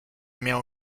miało